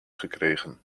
gekregen